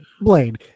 Blaine